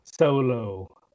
solo